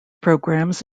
programs